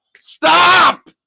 Stop